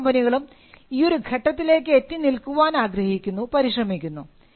എല്ലാ കമ്പനികളും ഈ ഒരു ഘട്ടത്തിലേക്ക് എത്തി നിൽക്കുവാൻ ആഗ്രഹിക്കുന്നു പരിശ്രമിക്കുന്നു